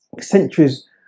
centuries